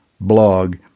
blog